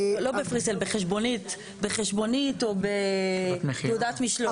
לא ב-Free Sale, בחשבונית או בתעודת משלוח.